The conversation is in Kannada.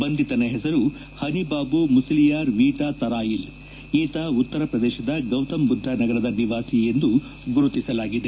ಬಂಧಿತನ ಹೆಸರು ಹನಿಬಾಬು ಮುಸಲಿಯಾರ್ ವೀಟ ತರಾಯಿಲ್ ಈತ ಉತ್ತರ ಪ್ರದೇಶದ ಗೌತಮ ಬುದ್ದ ನಗರದ ನಿವಾಸಿ ಎಂದು ಗುರುತಿಸಲಾಗಿದೆ